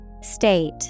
State